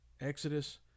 Exodus